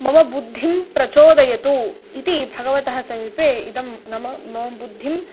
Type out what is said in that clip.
मम बुद्धिं प्रचोदयतु इति भगवतः समीपे इदं नाम मम बुद्धिम्